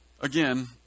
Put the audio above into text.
Again